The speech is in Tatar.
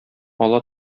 ала